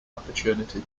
opportunity